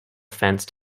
fenced